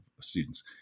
students